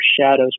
shadows